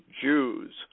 Jews